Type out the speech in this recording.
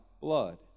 blood